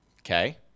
okay